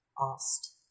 asked